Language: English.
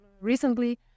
recently